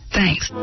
Thanks